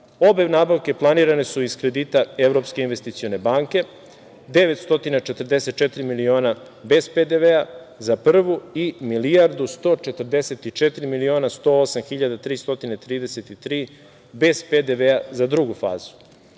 nabavke planirane su iz kredita Evropske investicione banke, 944 miliona bez PDV-a za prvu i 1.144.108.333 bez PDV-a za drugu fazu.